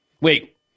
Wait